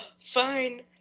Fine